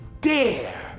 dare